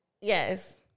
Yes